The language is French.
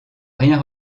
rien